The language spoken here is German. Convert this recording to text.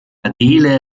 adele